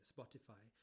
Spotify